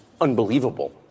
unbelievable